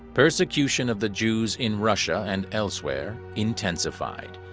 persecution of the jews in russia and elsewhere intensified,